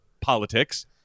politics